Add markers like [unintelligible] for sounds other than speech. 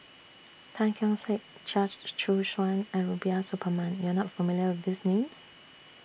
Tan Keong Saik Chia [unintelligible] Choo Suan and Rubiah Suparman YOU Are not familiar with These Names